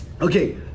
Okay